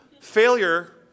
Failure